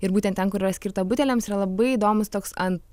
ir būtent ten kur yra skirta budeliams yra labai įdomus toks ant